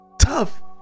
tough